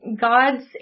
god's